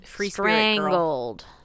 Strangled